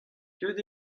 deuet